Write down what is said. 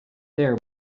there